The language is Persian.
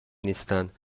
نیستن